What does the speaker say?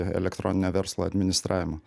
elektroninio verslo administravimo